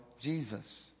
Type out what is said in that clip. Jesus